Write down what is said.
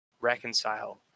reconcile